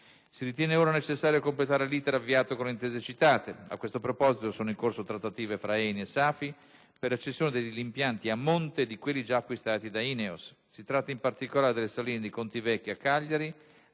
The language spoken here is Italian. Si ritiene, ora, necessario completare l'*iter* avviato con le intese citate. A questo proposito, sono in corso le trattative tra ENI e SAFI per la cessione degli impianti a monte di quelli già acquistati da Ineos. Si tratta, in particolare, delle saline di Contivecchi (Cagliari),